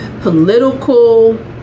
political